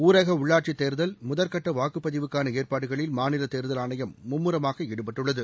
ஊரக உள்ளாட்சித் தேர்தல் முதற்கட்ட வாக்குப்பதிவுக்கான ஏற்பாடுகளில் மாநில தேர்தல் ஆணையம் மும்முரமாக ஈடுபட்டுள்ளது